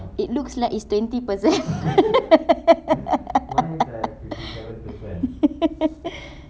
it looks like it's twenty percent